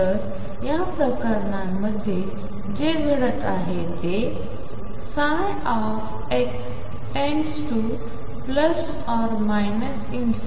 तर या प्रकरणांमध्ये जे घडत आहे ते x→±∞→0